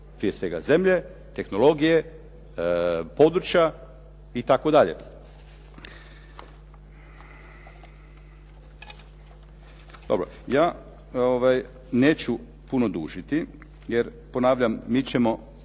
prije svega zemlje, tehnologije, područja itd. Dobro, ja neću puno dužiti jer ponavljam mi ćemo